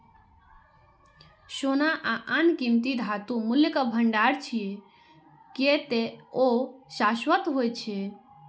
सोना आ आन कीमती धातु मूल्यक भंडार छियै, कियै ते ओ शाश्वत होइ छै